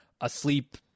asleep